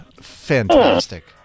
fantastic